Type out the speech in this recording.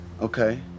Okay